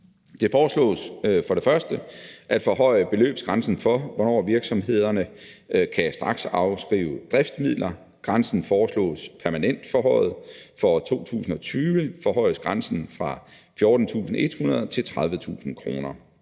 Det foreslås for det første at forhøje beløbsgrænsen for, hvornår virksomhederne kan straksafskrive driftsmidler. Grænsen foreslås permanent forhøjet. For 2020 forhøjes grænsen fra 14.100 kr. til 30.000 kr.